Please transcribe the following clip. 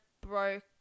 broke